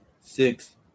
six